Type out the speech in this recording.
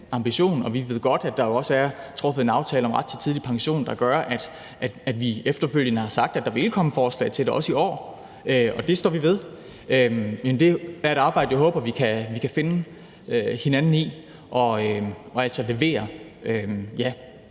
ambition – og vi ved godt, at der også er truffet en aftale om ret til tidlig pension, som gør, at vi efterfølgende har sagt, at der vil komme forslag om det, også i år – er noget, vi står ved. Men det er et arbejde, jeg håber vi kan finde hinanden i og altså levere. Der